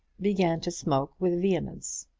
began to smoke with vehemence.